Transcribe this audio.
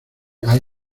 hay